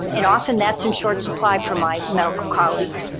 um and often that's in short supply for my medical colleagues.